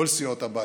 כל סיעות הבית,